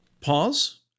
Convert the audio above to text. pause